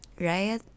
right